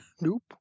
Nope